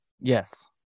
Yes